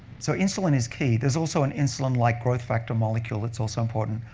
so insulin is key. there's also an insulin-like growth factor molecule that's also important.